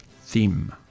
theme